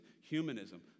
humanism